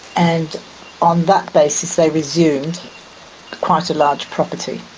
and on that basis they resumed quite a large property,